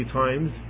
times